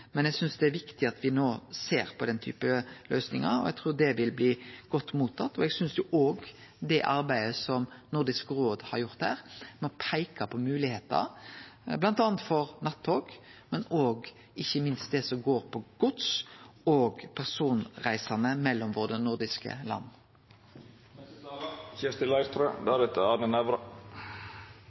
men eg synest det er viktig at me no ser på den typen løysingar, og eg trur det vil bli godt mottatt. Eg synest òg det arbeidet som Nordisk råd har gjort her, med å peike på moglegheiter bl.a. for nattog, er positivt, men ikkje minst òg det som dreier seg om gods og personreiser mellom dei nordiske